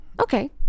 Okay